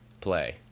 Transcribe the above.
play